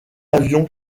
avion